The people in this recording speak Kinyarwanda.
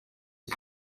cye